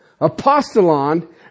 apostolon